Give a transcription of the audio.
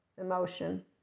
emotion